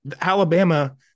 Alabama